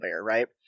right